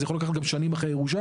זה יכול לקחת גם שנים אחרי הירושה,